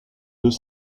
deux